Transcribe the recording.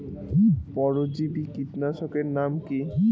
পরজীবী কীটনাশকের নাম কি?